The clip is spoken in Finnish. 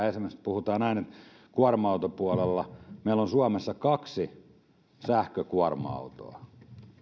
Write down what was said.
esimerkiksi kun puhutaan kuorma autopuolesta meillä on tällä hetkellä suomessa kaksi liikenteessä olevaa sähkökuorma autoa